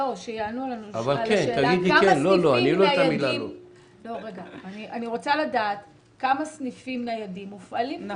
שיענו לנו על השאלה כמה סניפים ניידים מופעלים כיום.